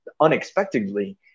unexpectedly